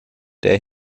der